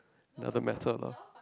another matter lah